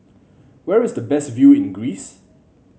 where is the best view in Greece